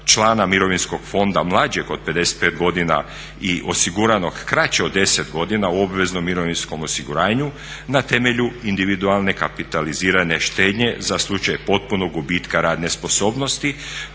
člana mirovinskog fonda mlađeg od 55 godina i osiguranog kraće od 10 godina u obveznom mirovinskom osiguranju na temelju individualne kapitalizirane štednje za slučaj potpunog gubitka radne sposobnosti